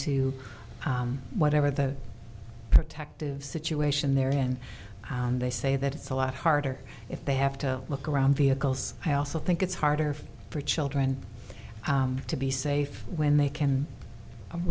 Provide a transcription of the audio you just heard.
to whatever the protective situation they're in they say that it's a lot harder if they have to look around vehicles i also think it's harder for children to be safe when they can